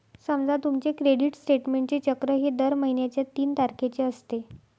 समजा तुमचे क्रेडिट स्टेटमेंटचे चक्र हे दर महिन्याच्या तीन तारखेचे असते